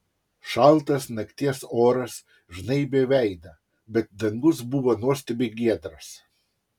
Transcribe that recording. šaltas nakties oras žnaibė veidą bet dangus buvo nuostabiai giedras